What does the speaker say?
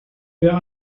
wir